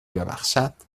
ببخشد